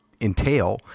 entail